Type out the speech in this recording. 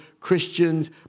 Christians